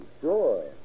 sure